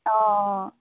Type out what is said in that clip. অঁ